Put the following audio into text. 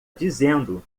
dizendo